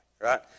right